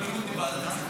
השם ישמור מה יכול להיות.